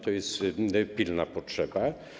To jest pilna potrzeba.